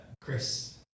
chris